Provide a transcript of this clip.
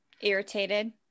Irritated